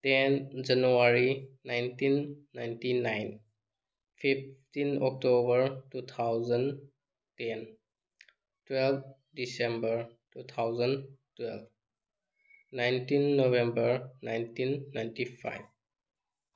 ten January nineteen ninety nine fifteen October two thousand ten twelve December two thousand twelve nineteen November nineteen ninety five